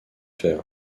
fer